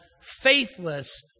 faithless